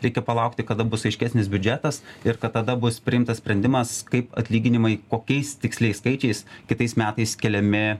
reikia palaukti kada bus aiškesnis biudžetas ir kad tada bus priimtas sprendimas kaip atlyginimai kokiais tiksliais skaičiais kitais metais keliami